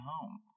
home